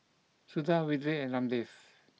Suda Vedre and Ramdev